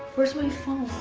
where's my phone?